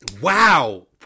Wow